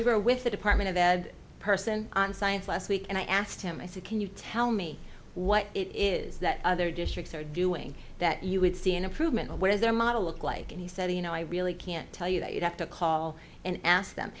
we were with the department of ed person on science last week and i asked and i said can you tell me what it is that other districts are doing that you would see an improvement whereas their model looked like and he said you know i really can't tell you that you have to call and ask them